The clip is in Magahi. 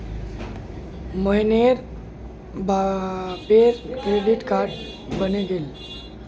मोहनेर बापेर डेबिट कार्ड बने गेल छे